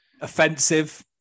offensive